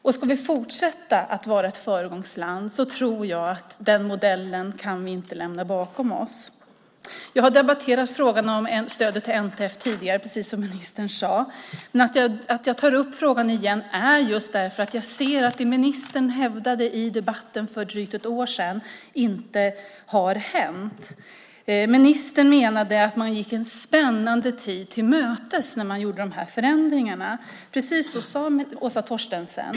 Ska vi fortsätta att vara ett föregångsland tror jag inte att vi kan lämna den modellen bakom oss. Jag har debatterat frågan om stödet till NTF tidigare, precis som ministern sade. Att jag tar upp frågan igen beror på att jag ser att det som ministern hävdade i debatten för drygt ett år sedan inte har hänt. Ministern menade att man gick en spännande tid till mötes när man gjorde dessa förändringar. Precis så sade Åsa Torstensson.